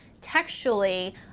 textually